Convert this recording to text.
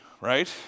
right